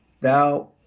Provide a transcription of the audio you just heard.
Thou